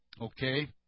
okay